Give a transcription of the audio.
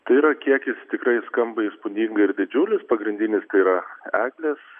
tai yra kiekis tikrai skamba įspūdingai ir didžiulis pagrindinis tai yra eglės